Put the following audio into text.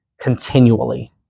continually